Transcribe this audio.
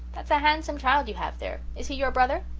that's a handsome child you have there. is he your brother?